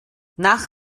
nach